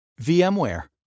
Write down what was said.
VMware